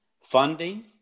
funding